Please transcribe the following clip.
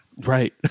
Right